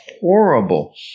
horrible